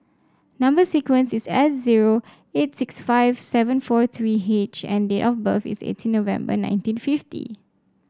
number sequence is S zero eight six five seven four three H and date of birth is eighteen November nineteen fifty